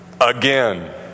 again